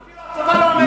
אפילו הצבא לא אומר את זה,